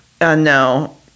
No